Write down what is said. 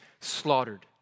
slaughtered